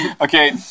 Okay